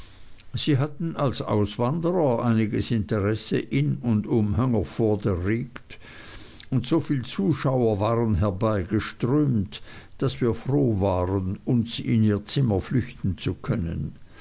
sie hatten als auswanderer einiges interesse in und um hungerford erregt und soviel zuschauer waren herbeigeströmt daß wir froh waren uns in ihr zimmer flüchten zu können